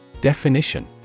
Definition